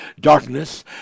darkness